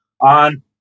on